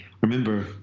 Remember